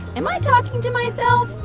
am i talking to myself?